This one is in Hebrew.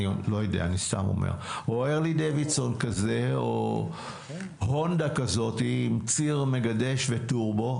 סתם אומר או הונדה עם ציר מגדש וטורבו.